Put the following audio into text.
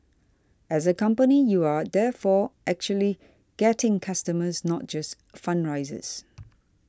as a company you are therefore actually getting customers not just fundraisers